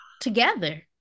together